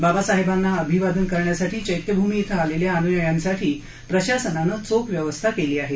बाबासाहेबांना अभिवादन करण्यासाठी चैत्यभूमी आलेल्या अनुयायांसाठी प्रशासनानं चोख व्यवस्था केली आहे